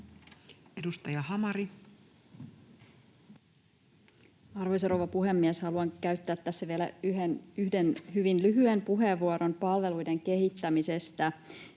Content: Arvoisa rouva puhemies! Haluan käyttää tässä vielä yhden hyvin lyhyen puheenvuoron palveluiden kehittämisestä.